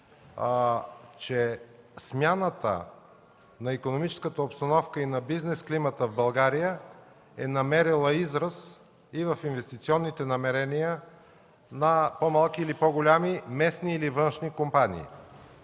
че смяната на икономическата обстановка и на бизнес климата в България е намерила израз и в инвестиционните намерения на по-малки или по-големи местни или външни компании.